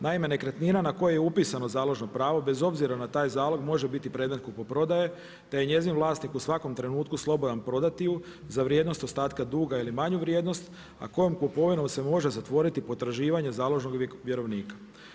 Naime, nekretnina na koju je upisano založno pravo bez obzira na taj zalog može biti predmet kupoprodaje te je njezin vlasnik u svakom trenutku slobodan prodati ju za vrijednost ostatka duga ili manju vrijednost a kojom kupovinom se može zatvoriti potraživanje založnog vjerovnika.